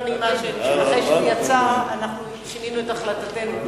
נעימה שאחרי שהוא יצא אנחנו שינינו את החלטתנו.